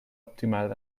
optimal